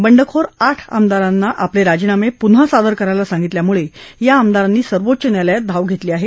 बंडखोर आठ आमदारांना आपले राजीनामे पुन्हा सादर करायला सांगितल्यामुळे या आमदारांनी सर्वोच्च न्यायालयात धाव घेतली आहे